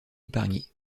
épargnée